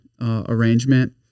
arrangement